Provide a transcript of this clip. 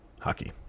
hockey